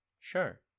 Sure